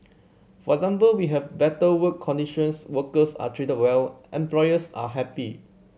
for example we have better work conditions workers are treated well employers are happy